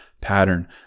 Pattern